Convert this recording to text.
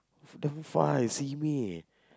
f~ damn far eh simei eh